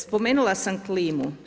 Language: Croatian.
Spomenula sam klimu.